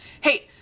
Hey